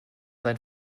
sein